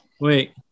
Wait